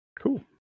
Cool